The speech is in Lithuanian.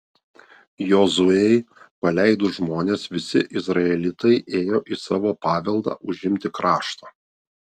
jozuei paleidus žmones visi izraelitai ėjo į savo paveldą užimti krašto